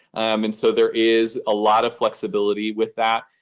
and so there is a lot of flexibility with that.